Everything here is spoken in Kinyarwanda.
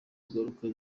ingaruka